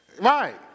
Right